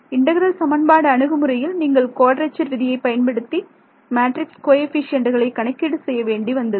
integral சமன்பாடு அணுகுமுறையில் நீங்கள் குவாட்ரெச்சர் விதியைப் பயன்படுத்தி மேட்ரிக்ஸ் கோஎஃபீஷியேன்ட்டுகளை கணக்கீடு செய்ய வேண்டி வந்தது